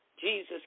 Jesus